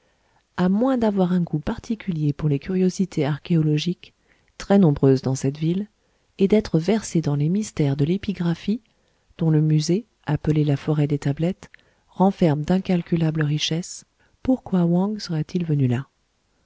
a moins d'avoir un goût particulier pour les curiosités archéologiques très nombreuses dans cette ville et d'être versé dans les mystères de l'épigraphie dont le musée appelé la forêt des tablettes renferme d'incalculables richesses pourquoi wang serait-il venu là